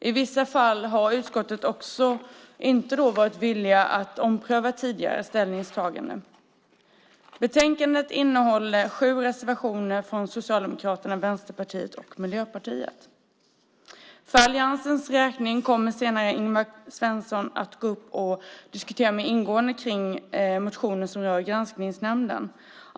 I vissa fall har utskottet inte heller varit villigt att ompröva tidigare ställningstaganden. Betänkandet innehåller sju reservationer från Socialdemokraterna, Vänsterpartiet och Miljöpartiet. För alliansens räkning kommer Ingvar Svensson senare att diskutera motionen som rör Granskningsnämnden mer ingående.